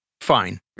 fine